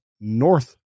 North